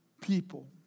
people